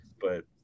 but-